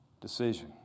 decision